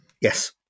yes